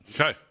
Okay